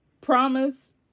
Promise